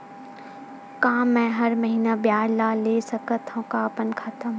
का मैं हर महीना ब्याज ला ले सकथव अपन खाता मा?